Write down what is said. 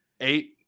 Eight